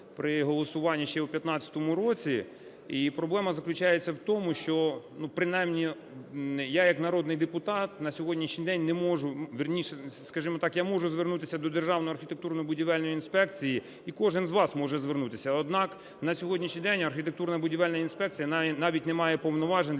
при голосуванні ще в 15-му році і проблема заключається в тому, що принаймні я як народний депутат на сьогоднішній день не можу… Вірніше, скажімо так, я можу звернутися до Державної архітектурно-будівельної інспекції і кожен з вас може звернутися. Однак на сьогоднішній день архітектурно-будівельна інспекція навіть не має повноважень